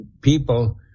people